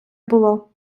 було